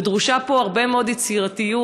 ודרושה פה הרבה מאוד יצירתיות,